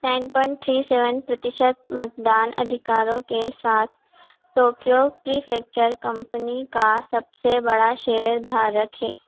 nine point three seven प्रतिशत मतदान अधिकारों के साथ टोक्यो प्रीफेक्चर कंपनी का सबसे बड़ा शेयर धारक है